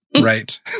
Right